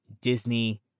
Disney